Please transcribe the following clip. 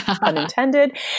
unintended